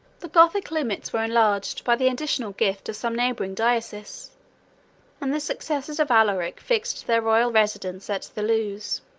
the gothic limits were enlarged by the additional gift of some neighboring dioceses and the successors of alaric fixed their royal residence at thoulouse,